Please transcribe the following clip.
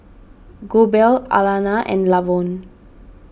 Goebel Alannah and Lavon